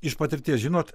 iš patirties žinot